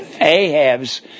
Ahab's